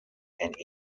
and